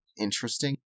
interesting